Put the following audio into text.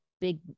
big